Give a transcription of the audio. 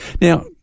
Now